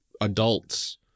adults